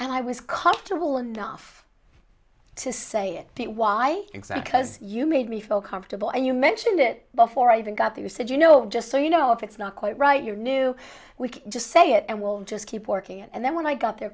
and i was comfortable enough to say it why exam cuz you made me feel comfortable and you mentioned it before i even got there said you know just so you know if it's not quite right you knew we could just say it and we'll just keep working and then when i got there